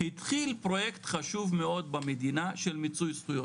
התחיל פרויקט חשוב מאוד במדינה של מיצוי זכויות,